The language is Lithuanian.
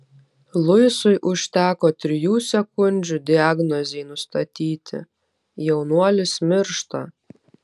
luisui užteko trijų sekundžių diagnozei nustatyti jaunuolis miršta